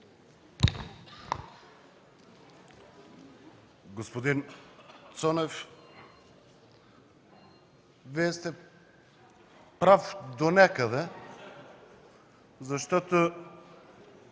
Господин Цонев, Вие сте прав донякъде, защото